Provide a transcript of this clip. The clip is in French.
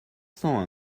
cent